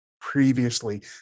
previously